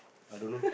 I don't know